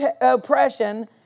oppression